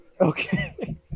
Okay